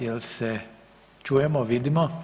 Jel se čujemo, vidimo?